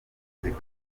muzika